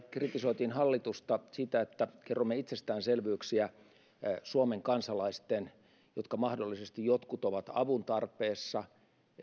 kritisoitiin hallitusta siitä että kerromme itsestäänselvyyksiä suomen kansalaisten joista mahdollisesti jotkut ovat avun tarpeessa